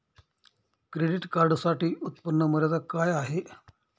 Credit कार्डसाठी उत्त्पन्न मर्यादा काय आहे?